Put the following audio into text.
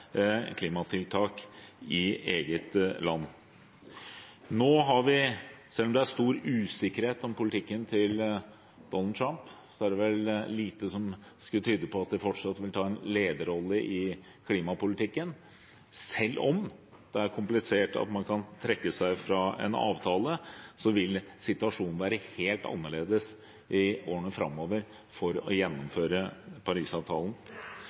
klimatiltak i eget land. Selv om det er stor usikkerhet om politikken til Donald Trump, er det vel lite som skulle tyde på at de fortsatt vil ta en lederrolle i klimapolitikken. Selv om det er komplisert å trekke seg fra en avtale, vil situasjonen være helt annerledes i årene framover for å